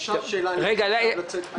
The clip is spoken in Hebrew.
אפשר שאלה לפני שאצטרך לצאת?